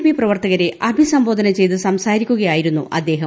P പ്രവർത്തകരെ അഭിസംബോധന ചെയ്ത് സംസാരിക്കുകയായിരുന്നു അദ്ദേഹം